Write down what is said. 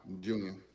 Junior